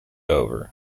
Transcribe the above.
over